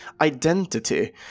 identity